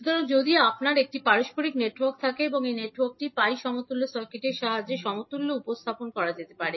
সুতরাং যদি আপনার একটি পারস্পরিক নেটওয়ার্ক থাকে সেই নেটওয়ার্কটি পাই সমতুল্য সার্কিটের সাহায্যে সমতুল্য উপস্থাপন করা যেতে পারে